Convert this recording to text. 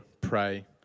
pray